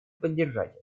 поддержать